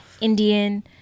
indian